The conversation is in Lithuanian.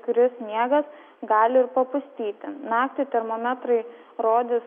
kris sniegas gali ir papustyti naktį termometrai rodys